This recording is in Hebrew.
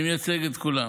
אני מייצג את כולם.